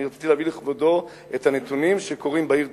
רציתי להביא לכבודו את הנתונים לגבי העיר תל-אביב.